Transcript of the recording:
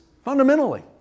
Fundamentally